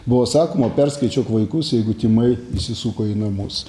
buvo sakoma perskaičiuok vaikus jeigu tymai įsisuko į namus